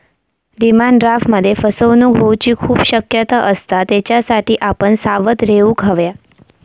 demand ड्राफ्टमध्ये फसवणूक होऊची खूप शक्यता असता, त्येच्यासाठी आपण सावध रेव्हूक हव्या